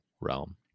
realm